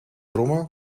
brommer